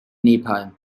nepal